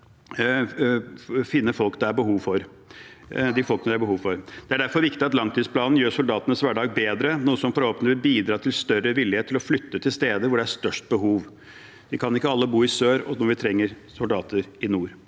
finne de folkene det er behov for. Det er derfor viktig at langtidsplanen gjør soldatenes hverdag bedre, noe som forhåpentligvis vil bidra til større vilje til å flytte til steder hvor det er størst behov. Vi kan ikke alle bo i sør når vi trenger soldater i nord.